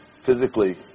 Physically